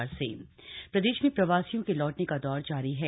प्रवासी वापसी प्रदेश में प्रवासियों के लौटने का दौर जारी है